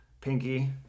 pinky